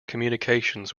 communications